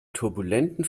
turbulenten